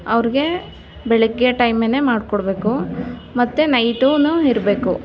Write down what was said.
ಅವ್ರಿಗೆ ಬೆಳಗ್ಗೆ ಟೈಮೇನೆ ಮಾಡಿಕೊಡ್ಬೇಕು ಮತ್ತೆ ನೈಟೂ ಇರಬೇಕು